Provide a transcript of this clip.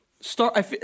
start –